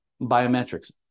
biometrics